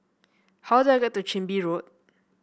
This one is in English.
how do I get to Chin Bee Road